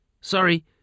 Sorry